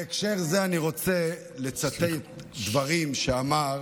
בהקשר זה אני רוצה לצטט דברים שאמר